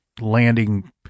landing